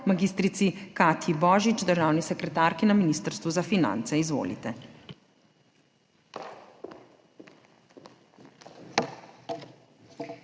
mag. Katji Božič, državni sekretarki na Ministrstvu za finance. Izvolite.